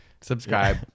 subscribe